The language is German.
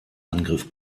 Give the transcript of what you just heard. angriff